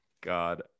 god